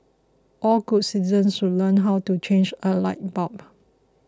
all good citizens should learn how to change a light bulb